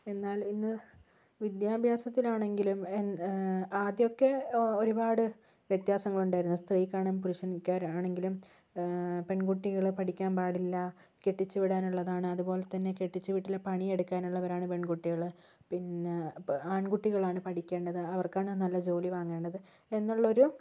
എന്നാൽ ഇന്ന് വിദ്യാഭ്യാസത്തിലാണെങ്കിലും ആദ്യമൊക്കെ ഒരുപാട് വ്യത്യാസങ്ങളുണ്ടായിരുന്നു സ്ത്രീക്കാണെങ്കിലും പുരുഷനിക്കാണെങ്കിലും പെൺകുട്ടികള് പഠിക്കാൻ പാടില്ല കെട്ടിച്ചുവിടാനുള്ളതാണ് അതുപ്പോലെതന്നെ കെട്ടിച്ച വീട്ടിലെ പണിയെടുക്കാനുള്ളവരാണ് പെൺകുട്ടികൾ പിന്നെ ആൺകുട്ടികളാണ് പഠിക്കേണ്ടത് അവർക്കാണ് നല്ല ജോലി വാങ്ങേണ്ടത് എന്നുള്ള ഒരു